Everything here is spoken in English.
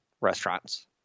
restaurants